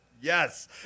Yes